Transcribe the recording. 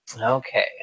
Okay